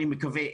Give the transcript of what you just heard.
אני מקווה,